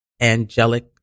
angelic